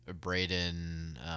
Braden